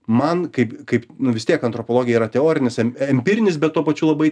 man kaip kaip vis tiek antropologija yra teorinis em empirinis bet tuo pačiu labai